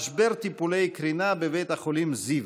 משבר טיפולי קרינה בבית החולים זיו.